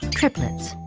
triplets,